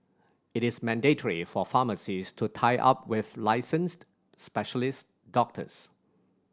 it is mandatory for pharmacies to tie up with licensed specialised doctors